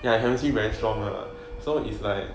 their chemistry very strong lah so is like